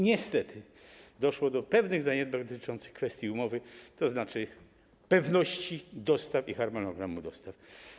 Niestety doszło do pewnych zaniedbań dotyczących umowy, tzn. pewności dostaw i harmonogramu dostaw.